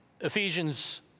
Ephesians